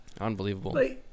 Unbelievable